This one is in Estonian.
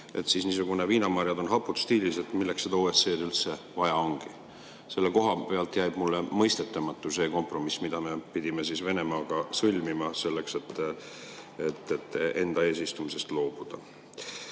on niisuguses viinamarjad-on-hapud-stiilis, et milleks seda OSCE‑d üldse vaja ongi. Selle koha pealt jääb mulle mõistetamatuks see kompromiss, mille me pidime Venemaaga sõlmima, selleks et enda eesistumisest loobuda.